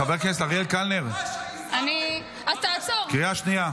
חבר הכנסת אריאל קלנר, קריאה שנייה.